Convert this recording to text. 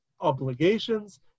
obligations